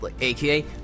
aka